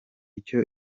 icyo